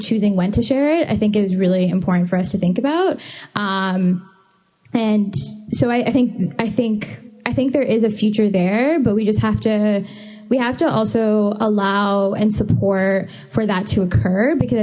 choosing when to share it i think it's really important for us to think about and so i think i think i think there is a future there but we just have to we have to also allow and support for that to occur because i